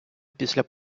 після